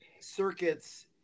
circuits